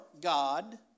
God